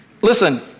Listen